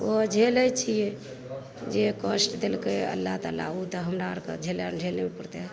ओ झेलैत छियै जे कष्ट देलकै अल्ला ताला ओ तऽ हमरा आरके झेलै लऽ जरूर पड़तै